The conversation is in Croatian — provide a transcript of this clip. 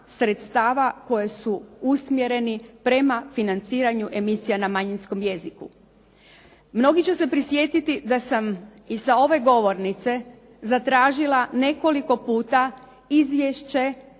sredstava koji su usmjereni prema financiranju emisija na manjinskom jeziku. Mnogi će se prisjetiti da sam i sa ove govornice zatražila nekoliko puta izvješće